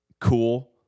cool